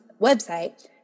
website